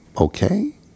okay